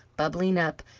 bubbling up,